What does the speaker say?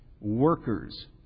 workers